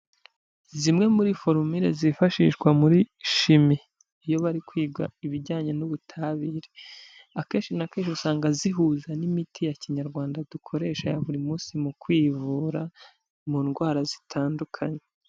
Zimwe muri forumile zifashishwa muri shimi iyo bari kwiga ibijyanye n'ubutabire, akenshi na kenshi usanga zihuza n'imiti ya Kinyarwanda dukoresha ya buri munsi mu kwivura mu ndwara zitandukanye.